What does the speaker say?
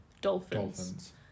dolphins